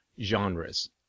genres